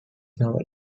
novel